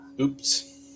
Oops